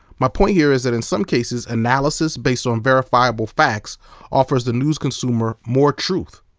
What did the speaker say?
my point here is that in some cases, analysis based on verifiable facts offers the news consumer more truth.